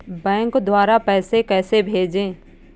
Bank द्वारा पैसे कैसे भेजें?